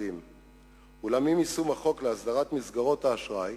אולם עם יישום החוק להסדרת מסגרות האשראי